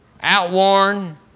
outworn